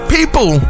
People